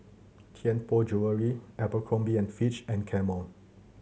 Tianpo Jewellery Abercrombie and Fitch and Camel